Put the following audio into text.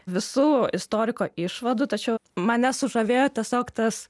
visų istoriko išvadų tačiau mane sužavėjo tiesiog tas